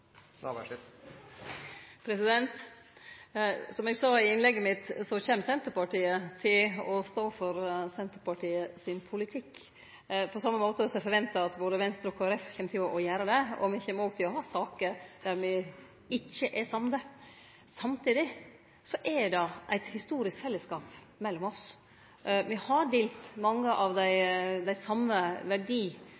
på? Som eg sa i innlegget mitt, kjem Senterpartiet til å stå for Senterpartiet sin politikk, på same måte som eg forventar at både Venstre og Kristeleg Folkeparti kjem til å gjere det, og me kjem òg til å ha saker der me ikkje er samde. Samtidig er det eit historisk fellesskap mellom oss. Me har delt mykje av